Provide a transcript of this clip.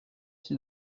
six